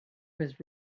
was